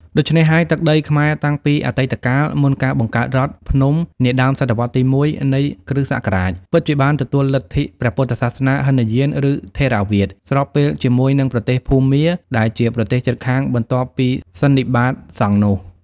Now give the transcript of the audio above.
ដូច្នេះហើយ ទឹកដីខ្មែរតាំងពីអតីតកាល មុនការបង្កើតរដ្ឋភ្នំនាដើមសតវត្សរ៍ទី ១ នៃគ.ស. ពិតជាបានទទួលលទ្ធិព្រះពុទ្ធសាសនាហីនយាន ឬថេរវាទ ស្របពេលជាមួយនឹងប្រទេសភូមា ដែលជាប្រទេសជិតខាងបន្ទាប់ពីសន្និបាតសង្ឃនោះ។